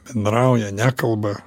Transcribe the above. bendrauja nekalba